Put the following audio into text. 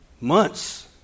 months